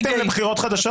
חיכיתם לבחירות חדשות?